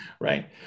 right